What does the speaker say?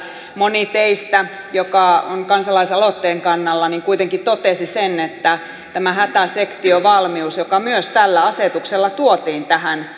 moni teistä joka on kansalaisaloitteen kannalla kuitenkin totesi sen että tämä hätäsektiovalmius joka myös tällä asetuksella tuotiin tähän